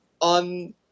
on